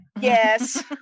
yes